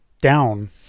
down